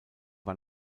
war